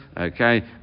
okay